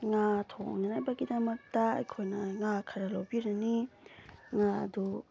ꯉꯥ ꯊꯣꯡꯅꯅꯕꯒꯤꯗꯃꯛꯇ ꯑꯩꯈꯣꯏꯅ ꯉꯥ ꯈꯔ ꯂꯧꯕꯤꯔꯅꯤ ꯉꯥ ꯑꯗꯨ